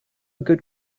good